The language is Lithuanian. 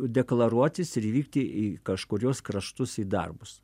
deklaruotis ir vykti į kažkuriuos kraštus į darbus